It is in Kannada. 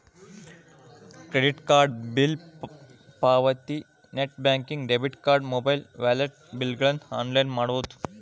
ಕ್ರೆಡಿಟ್ ಕಾರ್ಡ್ ಬಿಲ್ ಪಾವತಿ net banking debit card mobile wallet ಬಿಲ್ಗಳನ್ನ ಆನ್ಲೈನ್ ಮಾಡಬೋದ್